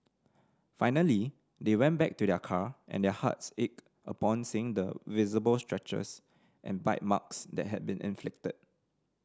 finally they went back to their car and their hearts ached upon seeing the visible scratches and bite marks that had been inflicted